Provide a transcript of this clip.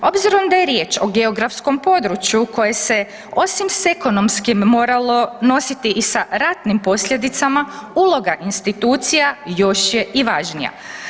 Obzirom da je riječ o geografskom području koje se osim s ekonomskim moralo nositi i sa ratnim posljedicama uloga institucija još je i važnija.